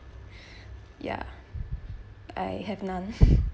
ya I have none